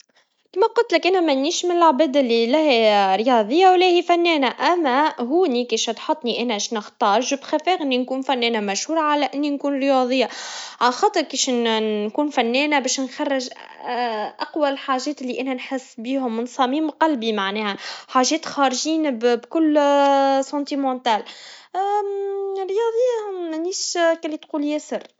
كما قلت لك أنا, منيش من العباد اللي هيا رياضيا, ولا هي فنانا, أنا هوني كيش تحطني, انا شنختار, أنا بفضل نكون فنانا مشهورا, على إني نكون رياضيا, على خاطر كيش نكون فنانا باش نخرج أقوى الحاجات اللي أنا نحس بيها ومن صميم قلبي معناها, حاجات خارجين بكل المشاعر, بياليهم منيش كاللي تقول ياسر.